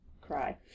cry